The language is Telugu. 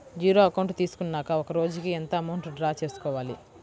జీరో అకౌంట్ తీసుకున్నాక ఒక రోజుకి ఎంత అమౌంట్ డ్రా చేసుకోవాలి?